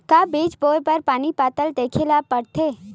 का बीज बोय बर पानी बादल देखेला पड़थे?